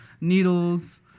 needles